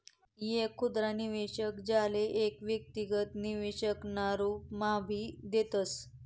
एक खुदरा निवेशक, ज्याले एक व्यक्तिगत निवेशक ना रूपम्हाभी देखतस